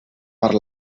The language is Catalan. per